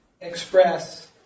express